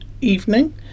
evening